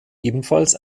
ebenfalls